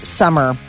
summer